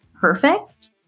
perfect